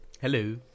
Hello